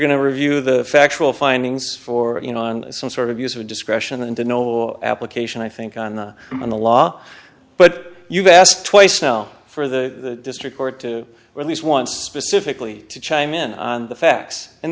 going to review the factual findings or you know on some sort of use of discretion and an old application i think on the on the law but you've asked twice now for the district court or at least once pacifically to chime in on the facts and